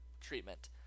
treatment